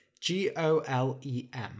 G-O-L-E-M